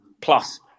plus